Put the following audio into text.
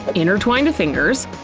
intertwine the fingers,